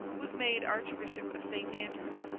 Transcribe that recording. was made archbishop of st. andrew's,